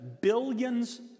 billions